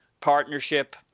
partnership